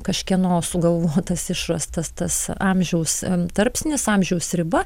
kažkieno sugalvotas išrastas tas amžiaus tarpsnis amžiaus riba